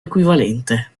equivalente